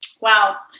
Wow